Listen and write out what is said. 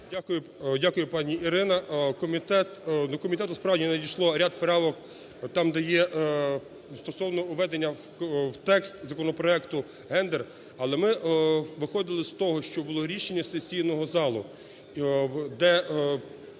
Дякую, пані Ірина. До комітету справді надійшло ряд правок, там, де є стосовно введення в текст законопроекту "гендер". Але ми виходили з того, що було рішення сесійного залу, де